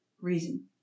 reason